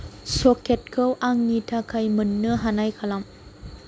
सकेटखौ आंनि थाखाय मोननो हानाय खालाम